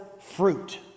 fruit